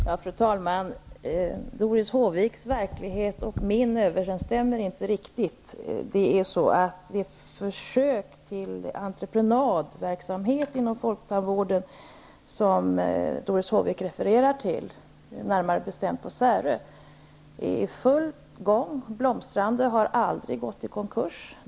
Fru talman! Doris Håviks verklighet och min verklighet överensstämmer inte riktigt. Det försök till entreprenadverksamhet inom folktandvården som Doris Håvik refererar till, närmare bestämt på Särö, är i full gång och blomstrar. Man har aldrig gått i konkurs.